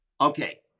Okay